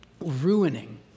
Ruining